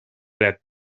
that